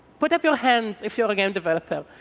put up your hands if you're a game developer.